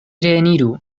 reeniru